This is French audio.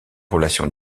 relations